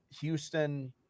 Houston